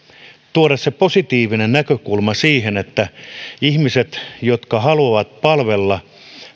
tuoda se positiivinen näkökulma siihen että ihmiset jotka haluavat palvella